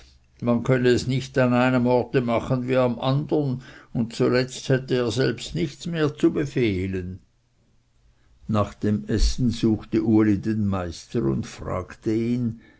man könnte es nicht an einem orte machen wie am andern und zuletzt hätte er selbst nichts mehr zu befehlen nach dem essen suchte uli den meister und fragte ihn